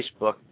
Facebook